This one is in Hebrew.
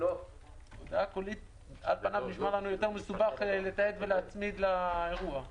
--- הודעה קולית על פניו נשמע לנו יותר מסובך לתעד ולהצמיד לאירוע.